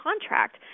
contract